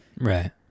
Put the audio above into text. Right